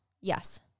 Yes